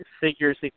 figures